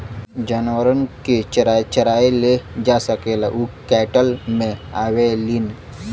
जानवरन के चराए ले जा सकेला उ कैटल मे आवेलीन